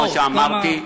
כמו שאמרתי,